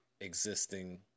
existing